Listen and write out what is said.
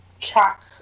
track